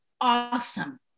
Awesome